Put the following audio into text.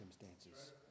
circumstances